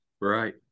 Right